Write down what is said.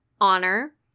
honor